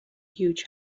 huge